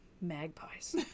magpies